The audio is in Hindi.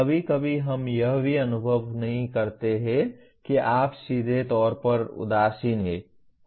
कभी कभी हम यह भी अनुभव नहीं करते हैं कि आप सीधे तौर पर उदासीन हैं